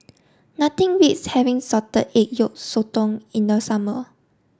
nothing beats having Salted Egg Yolk Sotong in the summer